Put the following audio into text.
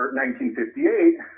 1958